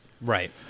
Right